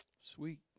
sweet